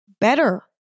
better